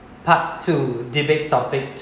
part two debate topic